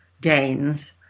gains